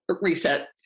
Reset